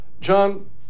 John